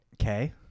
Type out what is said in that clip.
Okay